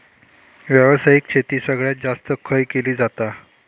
व्यावसायिक शेती सगळ्यात जास्त खय केली जाता?